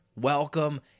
welcome